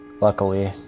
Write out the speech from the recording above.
Luckily